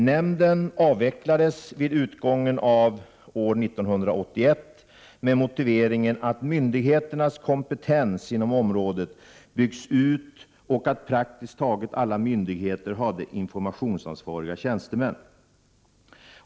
Nämnden avvecklades vid utgången av år 1981 med motiveringen att myndigheternas kompetens inom området byggts ut och att praktiskt taget alla myndigheter hade informationsansvariga tjänstemän.